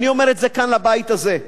אני אומר את זה כאן לבית הזה,